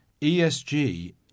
ESG